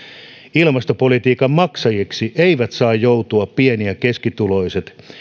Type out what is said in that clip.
ilmastopolitiikan maksajiksi eivät saa joutua pieni ja keskituloiset